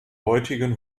heutigen